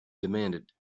demanded